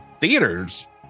theaters